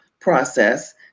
process